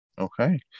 Okay